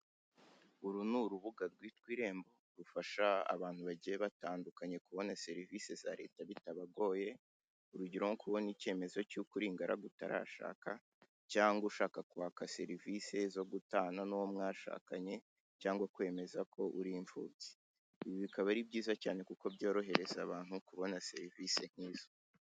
Uru ni urubuga rwitwa irembo rufasha abantu bagiye batandukanye kubona serivise za leta bitabagoye urugero nko kubona icyemezo cy'uko ikiri ingaragu utarashaka cyangwa kwaka serivise zo gutana n'uw mwashakanye cyangwa kwemeza ko uri imfubyi ibi bikaba ari byiza cyane kuko byorohereza abantu kubona serivise nk'izo.